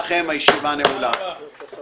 הישיבה ננעלה בשעה